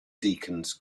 deacons